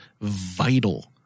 vital